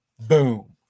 Boom